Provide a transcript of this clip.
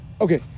okay